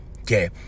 Okay